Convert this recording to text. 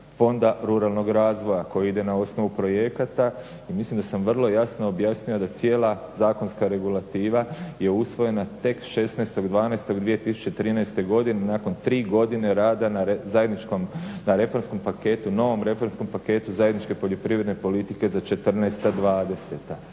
Fonda ruralnog razvoja koji ide na osnovu projekata. I mislim da sam vrlo jasno objasnio da cijela zakonska regulativa je usvojena tek 16.12.2013. godine nakon tri godine rada na zajedničkom, na reformskom paketu, novom reformskom paketu zajedničke poljoprivredne politike za